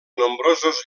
nombrosos